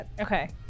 Okay